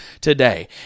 today